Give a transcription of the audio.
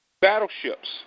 battleships